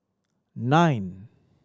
nine